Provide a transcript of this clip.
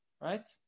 Right